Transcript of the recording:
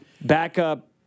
Backup